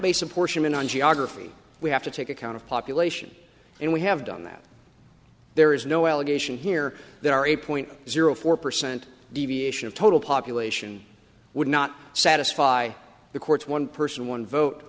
base a portion on geography we have to take account of population and we have done that there is no allegation here there are eight point zero four percent deviation of total population would not satisfy the courts one person one vote